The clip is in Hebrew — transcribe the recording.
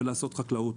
ולעשות חקלאות.